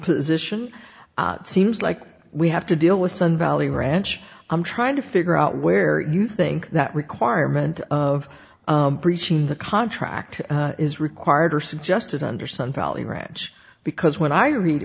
position seems like we have to deal with sun valley ranch i'm trying to figure out where you think that requirement of breaching the contract is required or suggested under sun valley ranch because when i read